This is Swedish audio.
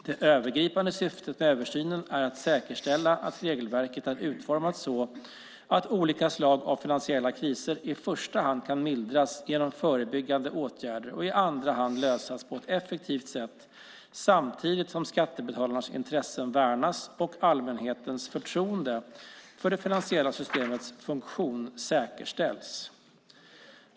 Det övergripande syftet med översynen är att säkerställa att regelverket är utformat så att olika slag av finansiella kriser i första hand kan mildras genom förebyggande åtgärder och i andra hand lösas på ett effektivt sätt, samtidigt som skattebetalarnas intressen värnas och allmänhetens förtroende för det finansiella systemets funktion säkerställs.